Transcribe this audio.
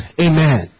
Amen